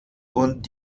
und